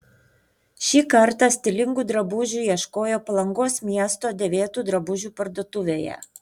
šį kartą stilingų drabužių ieškojo palangos miesto dėvėtų drabužių parduotuvėje